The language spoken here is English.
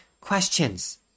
questions